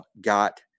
got